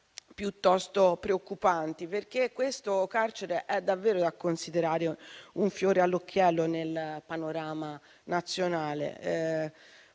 piuttosto preoccupanti, anche perché quel carcere è davvero da considerare un fiore all'occhiello nel panorama nazionale: